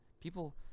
people